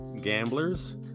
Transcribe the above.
gamblers